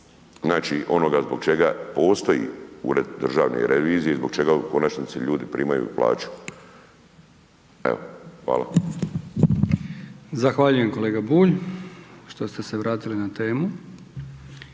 korist onoga zbog čega postoji Ured državne revizije, zbog čega u konačnici primaju plaću. Hvala. **Brkić, Milijan (HDZ)** Zahvaljujem kolega Bulj što ste se vratili na temu.